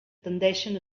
tendeixen